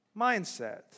mindset